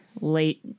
late